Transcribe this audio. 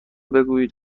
بگویید